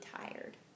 tired